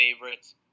favorites